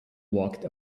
walked